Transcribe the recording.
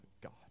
God